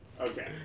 Okay